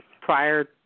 prior